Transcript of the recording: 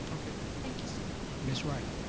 okay. thank you so much. ms. wright?